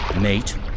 mate